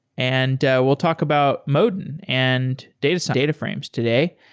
and we'll talk about modin and data so data frames today.